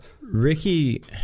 Ricky